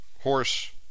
horse